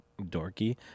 dorky